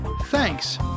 thanks